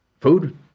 food